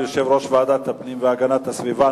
תודה ליושב-ראש ועדת הפנים והגנת הסביבה.